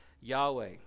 Yahweh